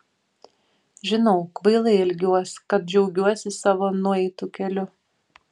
žinau kvailai elgiuos kad džiaugiuosi savo nueitu keliu